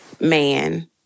man